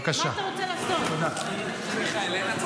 מי שיבלום